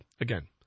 again